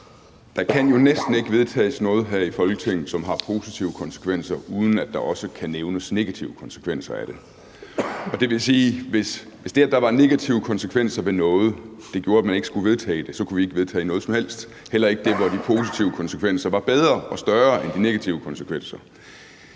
Der kan jo næsten ikke vedtages noget her i Folketinget, som har positive konsekvenser, uden at der også kan nævnes negative konsekvenser af det, og det vil sige, at hvis det, at der var negative konsekvenser ved noget, gjorde, at man ikke skulle vedtage det, kunne vi ikke vedtage noget som helst, heller ikke det, hvor de positive konsekvenser var bedre og større end de negative konsekvenser.